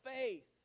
faith